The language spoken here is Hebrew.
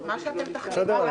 מה שתחליטו.